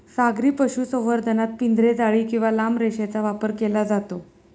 सागरी पशुसंवर्धनात पिंजरे, जाळी किंवा लांब रेषेचा वापर केला जातो